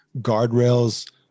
guardrails